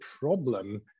problem